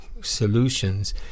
solutions